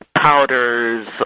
powders